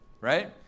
right